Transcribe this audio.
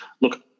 look